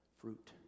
fruit